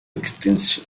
extinction